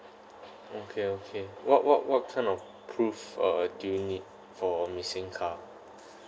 okay okay what what what kind of proof uh do you need for a missing car